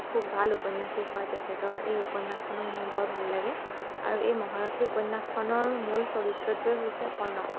খুব ভাল উপন্যাসিক হয় তেখেতৰ এই উপন্যাসখনো মোৰ বৰ ভাল লাগে আৰু এই মহাৰথী উপন্যাসখনৰ মূল চৰিত্ৰটোৱেই হৈছে কৰ্ণ